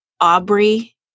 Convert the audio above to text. Aubrey